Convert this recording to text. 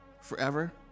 Forever